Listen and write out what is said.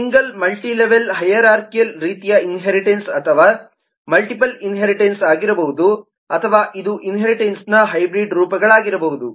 single multilevel hierarchical ರೀತಿಯ inheritance ಅಥವಾ ಅದು ಮಲ್ಟಿಪಲ್ ಇನ್ಹೇರಿಟನ್ಸ್ ಆಗಿರಬಹುದು ಅಥವಾ ಇದು ಇನ್ಹೇರಿಟನ್ಸ್ನ ಹೈಬ್ರಿಡ್ ರೂಪಗಳಾಗಿರಬಹುದು